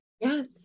Yes